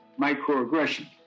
microaggression